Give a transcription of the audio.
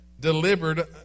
delivered